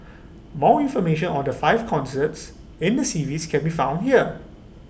more information on the five concerts in the series can be found here